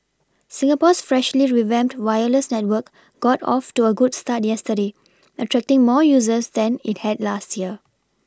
Singapore's freshly revamped wireless network got off to a good start yesterday attracting more users than it had last year